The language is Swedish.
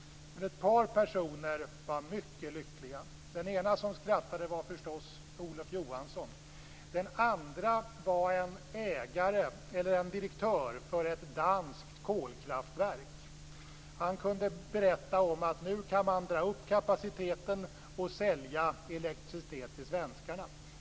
Men ett par personer var mycket lyckliga. Den ene som skrattade var förstås Olof Johansson. Den andre var en direktör för ett danskt kolkraftverk. Han kunde berätta att man nu kunde dra upp kapaciteten och sälja elektricitet till svenskarna.